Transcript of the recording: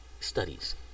studies